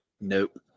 Nope